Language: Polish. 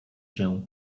się